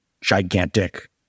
gigantic